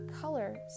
color